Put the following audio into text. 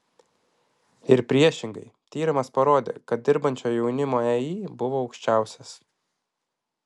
ir priešingai tyrimas parodė kad dirbančio jaunimo ei buvo aukščiausias